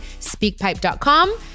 speakpipe.com